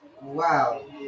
Wow